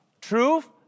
Truth